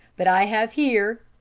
but i have here,